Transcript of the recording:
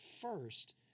first